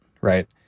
right